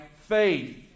faith